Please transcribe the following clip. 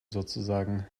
sozusagen